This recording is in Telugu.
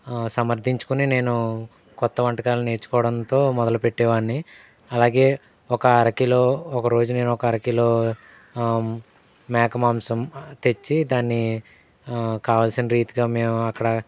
సమర్ధించుకుని నేను కొత్త వంటకాల్ని నేర్చుకోవడంతో మొదలు పెట్టేవాణ్ని అలాగే ఒక అరకిలో ఒక రోజు నేను ఒక అరకిలో మేక మాంసం తెచ్చి దాన్ని కావలసిన రీతిగా మేము అక్కడ